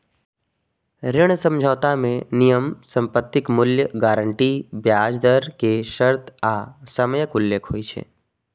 ऋण समझौता मे नियम, संपत्तिक मूल्य, गारंटी, ब्याज दर के शर्त आ समयक उल्लेख होइ छै